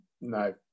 no